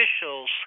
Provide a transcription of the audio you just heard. officials